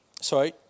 Sorry